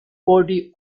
body